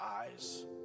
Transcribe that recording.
eyes